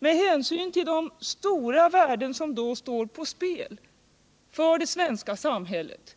Med hänsyn till de stora värden som här står på spel för det svenska samhället